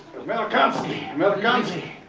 americanski! americanski!